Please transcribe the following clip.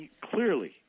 clearly